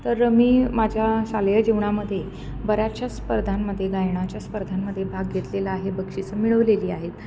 तर मी माझ्या शालेय जीवनामध्ये बऱ्याचशा स्पर्धांमध्ये गायनाच्या स्पर्धांमध्ये भाग घेतलेला आहे बक्षीसं मिळवलेली आहेत